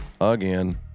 Again